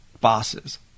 bosses